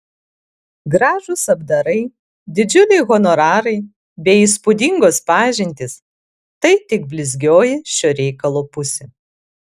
gražūs apdarai didžiuliai honorarai bei įspūdingos pažintys tai tik blizgioji šio reikalo pusė